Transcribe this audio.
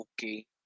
okay